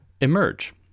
emerge